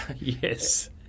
yes